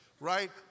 Right